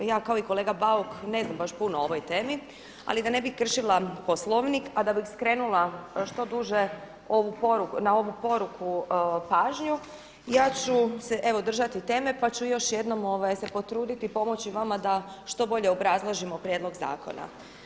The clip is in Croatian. Pa ja kao i kolega Bauk ne znam baš puno o ovoj temi, ali da ne bih kršila Poslovnik a da bih skrenula što duže na ovu poruku pažnju ja ću se evo držati teme pa ću još jednom se potruditi pomoći vama da što bolje obrazložimo prijedlog zakona.